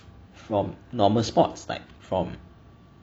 from normal sports like from